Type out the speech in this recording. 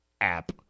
app